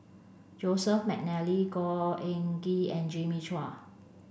Joseph Mcnally Khor Ean Ghee and Jimmy Chua